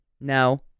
No